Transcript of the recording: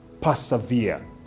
persevere